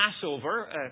Passover